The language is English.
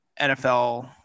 NFL